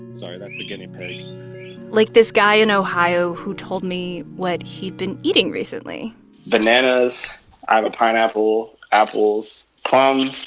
sorry, that's the guinea pig like this guy in ohio who told me what he'd been eating recently bananas i have a pineapple, apples, plums